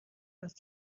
است